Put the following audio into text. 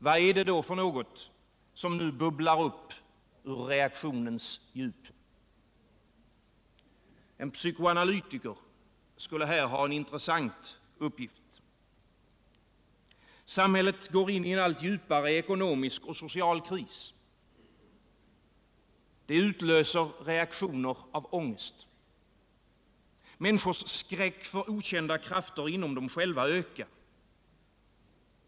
Vad är det då som nu bubblar upp ur reaktionens djup? En psykoanalytiker skulle här ha en intressant uppgift. Samhället går in i en allt djupare ekonomisk och social kris. Det utlöser reaktioner av ångest. Människors skräck för okända krafter inom dem själva ökar.